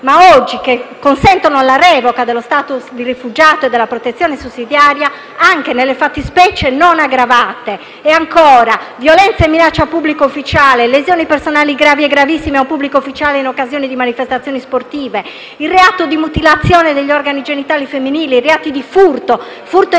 che oggi consentono la revoca dello *status* di rifugiato o della protezione sussidiaria anche nelle fattispecie non aggravate. Cito ancora i reati di violenza o minaccia ad un pubblico ufficiale, le lesioni personali gravi e gravissime a un pubblico ufficiale in occasione di manifestazioni sportive, il reato di mutilazione degli organi genitali femminili, nonché i reati di furto e furto in